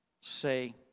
say